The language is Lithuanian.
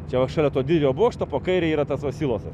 čia va šalia to didžiojo bokšto po kairei yra tas va silosas